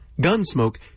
Gunsmoke